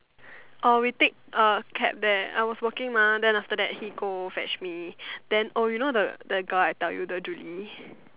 or we take uh cab there I was working mah then after that he go fetch me then oh you know the the girl I tell you the Julie